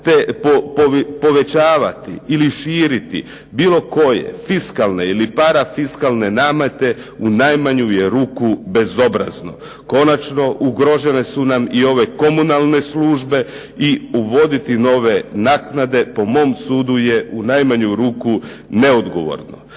te povećavati ili širiti bilo koje fiskalne ili parafiskalne namete u najmanju je ruku bezobrazno. Konačno ugrožene su nam i ove komunalne službe i uvoditi nove naknade po mom sudu je u najmanju ruku neodgovorno.